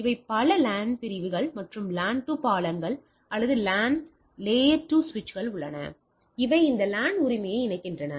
இவை பல லேன் பிரிவுகள் மற்றும் லேன் 2 பாலங்கள் அல்லது லேயர் 2 சுவிட்சுகள் உள்ளன அவை இந்த லேன் உரிமையை இணைக்கின்றன